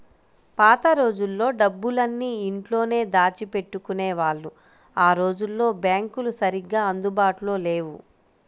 పాత రోజుల్లో డబ్బులన్నీ ఇంట్లోనే దాచిపెట్టుకునేవాళ్ళు ఆ రోజుల్లో బ్యాంకులు సరిగ్గా అందుబాటులో లేవు